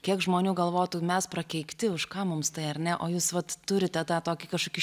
kiek žmonių galvotų mes prakeikti už ką mums tai ar ne o jūs vat turite tą tokį kažkokį